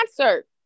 concert